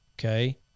Okay